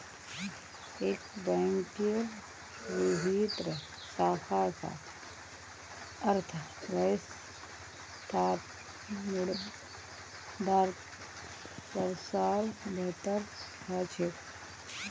एक बैंकेर विभिन्न शाखा स अर्थव्यवस्थात मुद्रार प्रसार बेहतर ह छेक